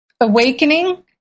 awakening